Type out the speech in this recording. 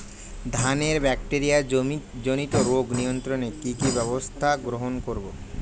ধানের ব্যাকটেরিয়া জনিত রোগ নিয়ন্ত্রণে কি কি ব্যবস্থা গ্রহণ করব?